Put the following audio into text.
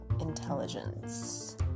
Intelligence